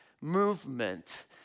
movement